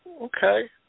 okay